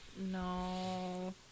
No